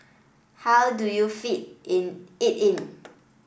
how do you fit in it in